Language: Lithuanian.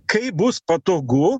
kaip bus patogu